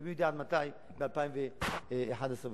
ומי יודע עד מתי ב-2011 ו-2012.